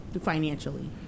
financially